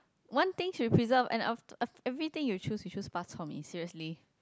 one thing we should preserve and after everything you choose you choose bak-chor-mee seriously